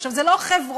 זה לא חברות.